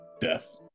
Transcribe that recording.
death